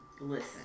Listen